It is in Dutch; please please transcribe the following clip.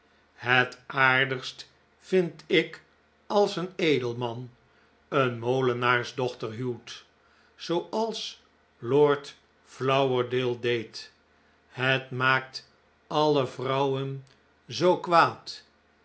het aardigst vind ik als een edelman een molenaarsdochter huwt zooals lord flowerdale deed het maakt alle vrouwen zoo kwaad